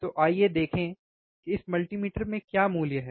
तो आइए देखें कि इस मल्टीमीटर में क्या मूल्य है